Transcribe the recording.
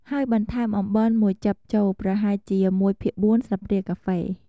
ហើយបន្ថែមអំបិលមួយចិបតូច ប្រហែលជា ១ភាគ៤ ស្លាបព្រាកាហ្វេ។